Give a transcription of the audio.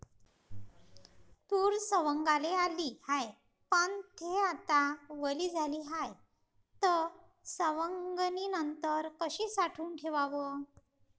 तूर सवंगाले आली हाये, पन थे आता वली झाली हाये, त सवंगनीनंतर कशी साठवून ठेवाव?